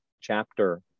chapter